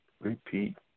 repeat